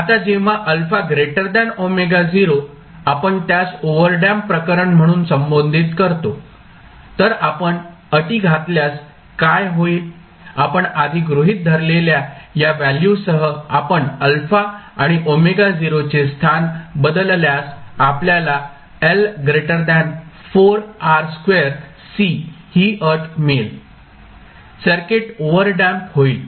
आता जेव्हा आपण त्यास ओव्हरडॅम्प्ड प्रकरण म्हणून संबोधित करतो तर आपण अटी घातल्यास काय होईल आपण आधी गृहित धरलेल्या या व्हॅल्यू सह आपण α आणि चे स्थान बदलल्यास आपल्याला ही अट मिळेल सर्किट ओव्हरडॅम्प होईल